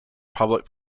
public